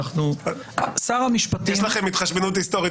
יש לכם התחשבנות היסטורית,